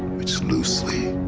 which loosely,